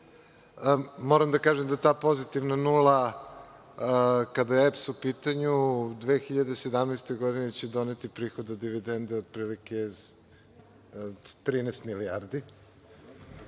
Moram da kažem da ta pozitivna nula, kada je EPS u pitanju, 2017. godini će doneti prihode od dividende otprilike 13 milijardi.